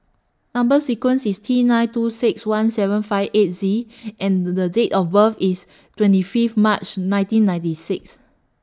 Number sequence IS T nine two six one seven five eight Z and The Date of birth IS twenty Fifth March nineteen ninety six